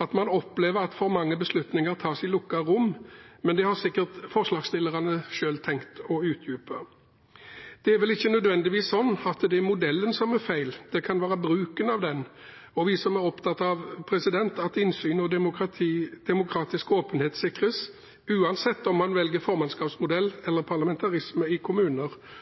at man opplever at for mange beslutninger tas i lukkede rom. Men det har sikkert forslagsstillerne selv tenkt å utdype. Det er vel ikke nødvendigvis slik at det er modellen som er feil, det kan være bruken av den, og vi er opptatt av at innsyn og demokratisk åpenhet sikres, uansett om man velger formannskapsmodell eller parlamentarisme i kommuner